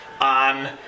on